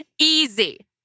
Easy